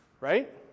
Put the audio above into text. right